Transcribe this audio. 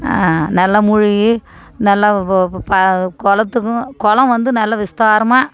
நல்லா முழுகி நல்லா பா குளத்துக்கும் குளம் வந்து நல்லா விஸ்தாரமாக